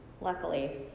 Luckily